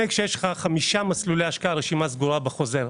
כשיש לך חמישה מסלולי השקעה ברשימה סגורה בחוזר?